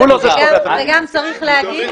מה קורה עם